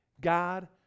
God